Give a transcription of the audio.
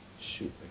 Shoot